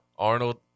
Arnold